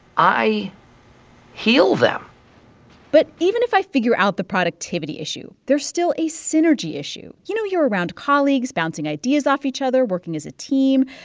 i heal them but even if i figure out the productivity issue, there's still a synergy issue. you know, you're around colleagues, bouncing ideas off each other, working as a team.